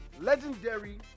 Legendary